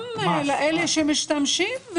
גם לאלה שמשתמשים,